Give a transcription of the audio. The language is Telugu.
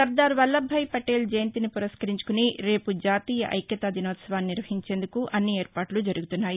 సర్దార్ వల్లభ్ భాయ్ పటేల్ జయంతిని పురస్కరించుకుని రేపు జాతీయ ఐక్యతా దినోత్సవాన్ని నిర్వహించేందుకు అన్ని ఏర్పాట్లు జరుగుతున్నాయి